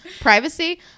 Privacy